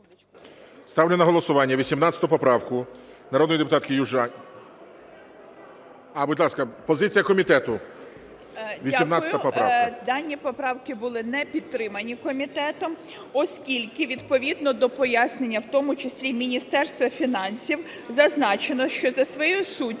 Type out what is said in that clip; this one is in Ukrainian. Ставлю на голосування 18 поправку народної депутатки Южаніної… А, будь ласка, позиція комітету, 18 поправка. 13:01:36 ЗАБУРАННА Л.В. Дякую. Дані поправки були не підтримані комітетом, оскільки відповідно до пояснення в тому числі Міністерства фінансів, зазначено, що за своєю суттю